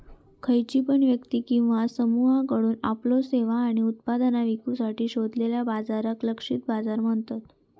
खयची पण व्यक्ती किंवा समुहाकडुन आपल्यो सेवा आणि उत्पादना विकुसाठी शोधलेल्या बाजाराक लक्षित बाजार म्हणतत